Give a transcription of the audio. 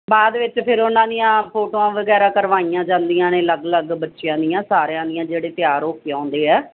ਬਾਅਦ ਵਿੱਚ ਫਿਰ ਉਹਨਾਂ ਦੀਆਂ ਫੋਟੋਆਂ ਵਗੈਰਾ ਕਰਵਾਈਆਂ ਜਾਂਦੀਆਂ ਨੇ ਅਲੱਗ ਅਲੱਗ ਬੱਚਿਆਂ ਦੀਆਂ ਸਾਰਿਆਂ ਦੀਆਂ ਜਿਹੜੇ ਤਿਆਰ ਹੋ ਕੇ ਆਉਂਦੇ ਆ